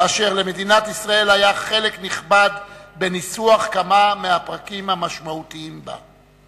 ולמדינת ישראל היה חלק נכבד בניסוח כמה מהפרקים המשמעותיים בה.